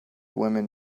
women